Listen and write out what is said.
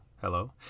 hello